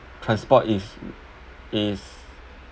transport is is